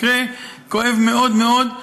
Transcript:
מקרה כואב מאוד מאוד.